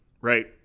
right